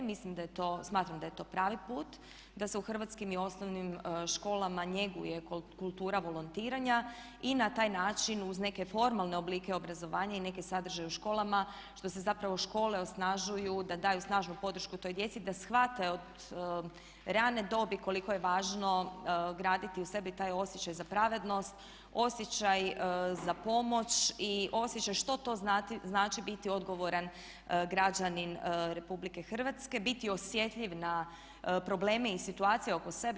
Smatram da je to pravi put da se u hrvatskim osnovnim školama njeguje kultura volontiranja i na taj način uz neke formalne oblike obrazovanja i neke sadržaje u školama što se zapravo škole osnažuju da daju snažnu podršku toj djeci da shvate od rane dobi koliko je važno graditi u sebi taj osjećaj za pravednost, osjećaj za pomoć i osjećaj što to znači biti odgovoran građanin Republike Hrvatske, biti osjetljiv na probleme i situacije oko sebe.